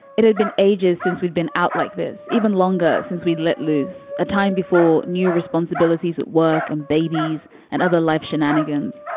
it had been ages since we'd been out like this even longer, since we'd let loose a time before new responsibilities at work and babies and other life shenanigans,